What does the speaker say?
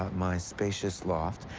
my spacious loft.